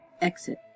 Exit